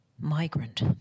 migrant